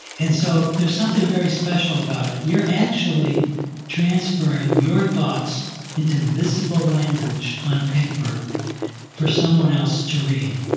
and so there's something very special about it. you're actually transferring your thoughts into visible language on paper for someone else to read.